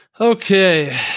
okay